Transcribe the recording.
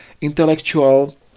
intellectual